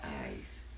eyes